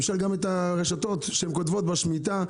גם את הרשתות שכותבות בשמיטה,